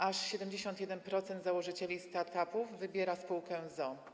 Aż 71% założycieli start-upów wybiera spółkę z o.o.